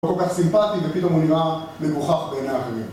לא כל כך סימפטי, ופתאום הוא נראה מגוחך בעיני אחרים.